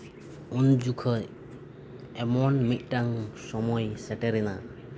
ᱩᱱ ᱡᱚᱠᱷᱮᱡ ᱮᱢᱚᱱ ᱢᱤᱫᱴᱟᱝ ᱥᱚᱢᱚᱭ ᱥᱮᱴᱮᱨᱮᱱᱟ